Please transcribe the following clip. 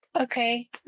Okay